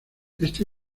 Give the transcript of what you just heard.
este